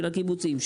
של הקיבוצים,